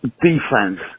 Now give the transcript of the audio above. Defense